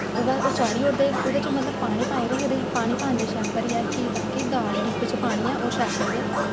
ओह्दे बाद ओह् चाढ़ी ओड़दे ओह्दे च मतलब पानी पाई रखदे पानी पांदे शैल भरियै कि ताकि दाल जेह्ड़ी बिच्च पानी ऐ ओह् शैल करियै